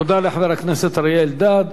תודה לחבר הכנסת אריה אלדד.